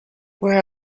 where